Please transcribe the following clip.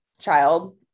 child